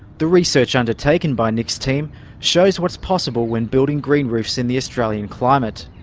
the research undertaken by nick's team shows what's possible when building green roofs in the australian climate.